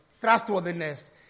trustworthiness